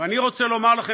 ואני רוצה לומר לכם,